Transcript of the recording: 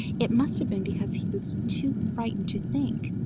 it must have been because he was too frightened to think.